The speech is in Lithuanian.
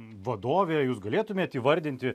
vadovė jūs galėtumėt įvardinti